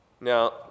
now